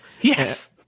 yes